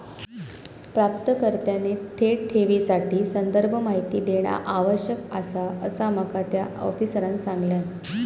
प्राप्तकर्त्याने थेट ठेवीसाठी संदर्भ माहिती देणा आवश्यक आसा, असा माका त्या आफिसरांनं सांगल्यान